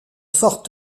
fort